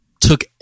took